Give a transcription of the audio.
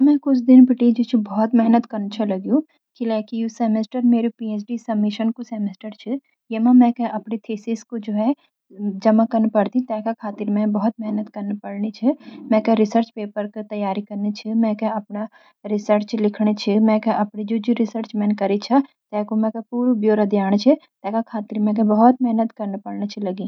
मैं कुछ दिन बीटी जु छ बहुत मेहनत छो कन्न लगींयू । कल्याकि यू सेमेस्टर मेरी पीएचडी सबमिशन कु सेमेस्टर छ। ये मा मैके आपड़ी थीसिस के जमा कन पड़ दी ते का खातिर मैं के बहुत मेहनत कन पड़ नि छ। मैके रिसर्च पेपर की तैयारी कन्न पड़नी छ, मैके आपड़ी रिसर्च लिखनी छ, जु जु रिसर्च मैंन करी छ ते कु पुरू ब्यौरा मैं क देन छ ते का खातिर मैं क बहुत मेहनत छ कन पड़नी।